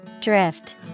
Drift